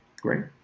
great